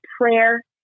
prayer